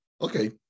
Okay